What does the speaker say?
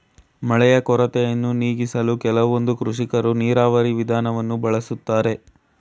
ಮಳೆಯ ಕೊರತೆಯನ್ನು ನೀಗಿಸಲು ಕೆಲವೊಂದು ಕೃಷಿಕರು ನೀರಾವರಿ ವಿಧಾನವನ್ನು ಬಳಸ್ತಾರೆ